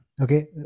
Okay